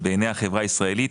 בעיני החברה הישראלית.